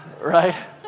right